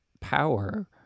power